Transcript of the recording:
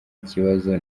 kibazo